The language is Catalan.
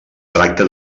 tracta